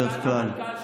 בדרך כלל.